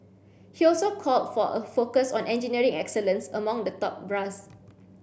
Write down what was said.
he also called for a focus on engineering excellence among the top brass